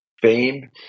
fame